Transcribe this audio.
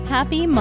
Happy